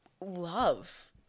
love